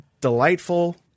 delightful